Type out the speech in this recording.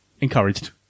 Encouraged